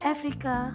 Africa